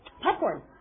popcorn